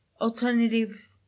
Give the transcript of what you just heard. alternative